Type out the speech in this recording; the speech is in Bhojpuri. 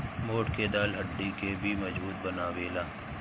मोठ के दाल हड्डी के भी मजबूत बनावेला